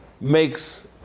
makes